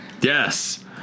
Yes